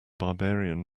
barbarian